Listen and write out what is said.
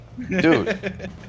Dude